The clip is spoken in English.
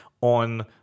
on